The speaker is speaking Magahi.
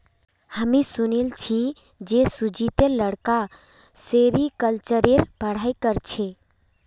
हामी सुनिल छि जे सुजीतेर लड़का सेरीकल्चरेर पढ़ाई कर छेक